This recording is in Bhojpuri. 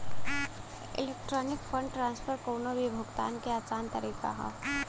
इलेक्ट्रॉनिक फण्ड ट्रांसफर कउनो भी भुगतान क आसान तरीका हौ